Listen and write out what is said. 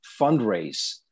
fundraise